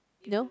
no